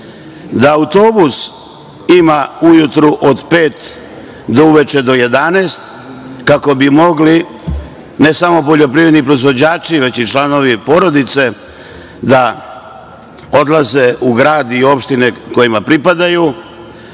da autobus ima ujutru od 5 do uveče do 11, kako bi mogli ne samo poljoprivredni proizvođači već i članovi porodice da odlaze u grad i opštine kojima pripadaju,